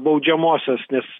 baudžiamosios nes